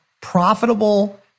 profitable